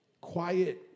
Quiet